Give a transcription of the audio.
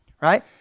right